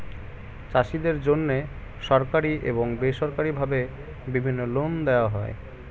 চাষীদের জন্যে সরকারি এবং বেসরকারি ভাবে বিভিন্ন লোন দেওয়া হয়